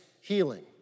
healing